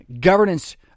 governance